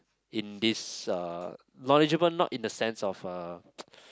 in this uh knowledgeable not in the sense of uh